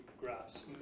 graphs